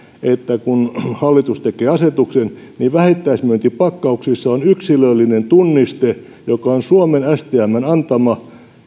että kun hallitus tekee asetuksen niin vähittäismyyntipakkauksissa on yksilöllinen tunniste joka on suomen stmn antama